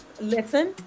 listen